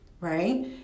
right